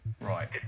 Right